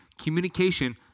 communication